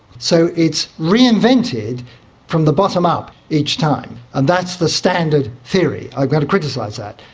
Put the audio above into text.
so it's reinvented from the bottom up each time, and that's the standard theory. i've got to criticise that.